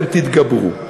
אתם תתגברו.